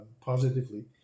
positively